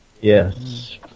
Yes